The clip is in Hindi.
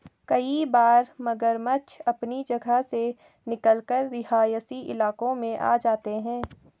कई बार मगरमच्छ अपनी जगह से निकलकर रिहायशी इलाकों में आ जाते हैं